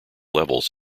levels